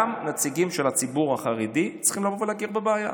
גם הנציגים של הציבור החרדי צריכים לבוא ולהכיר בבעיה.